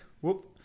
Whoop